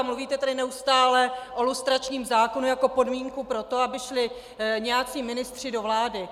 Mluvíte tady neustále o lustračním zákonu jako o podmínce pro to, aby šli nějací ministři do vlády.